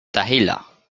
dahlia